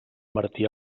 martí